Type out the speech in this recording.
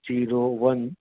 zero one